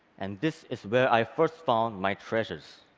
and this is where i first found my treasures.